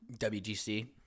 WGC